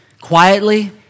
quietly